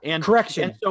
Correction